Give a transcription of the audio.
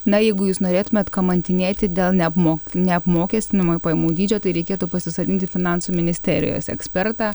na jeigu jūs norėtumėt kamantinėti dėl neapmok neapmokestinamojo pajamų dydžio tai reikėtų pasisodinti finansų ministerijos ekspertą